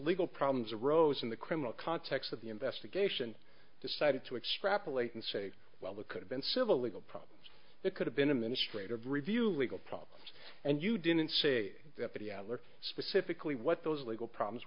legal problems arose in the criminal context of the investigation decided to extrapolate and say well they could've been civil legal problems that could have been a ministry to review legal problems and you didn't say look specifically what those legal problems